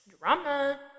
drama